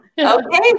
Okay